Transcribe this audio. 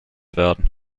werden